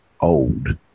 old